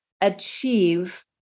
achieve